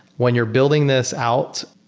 when you're building this out,